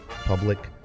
public